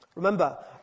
Remember